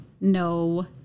no